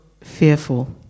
fearful